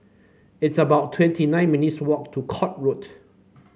it's about twenty nine minutes' walk to Court Road